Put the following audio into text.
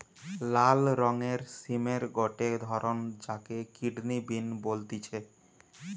লাল রঙের সিমের গটে ধরণ যাকে কিডনি বিন বলতিছে